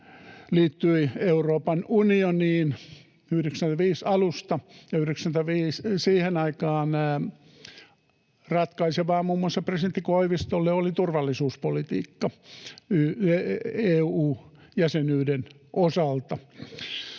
liittyi Euroopan unioniin vuoden 95 alusta. Vuonna 95, siihen aikaan, ratkaisevaa muun muassa presidentti Koivistolle oli turvallisuuspolitiikka EU-jäsenyyden osalta,